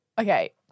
okay